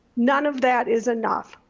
none of that is enough.